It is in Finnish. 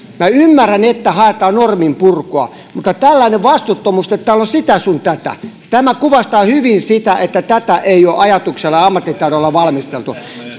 minä ymmärrän että haetaan norminpurkua mutta tällainen vastuuttomuus että täällä on sitä sun tätä kuvastaa hyvin sitä että tätä ei ole ajatuksella ja ammattitaidolla valmisteltu